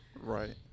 Right